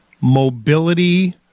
mobility